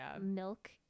milk